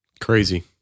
Crazy